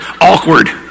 awkward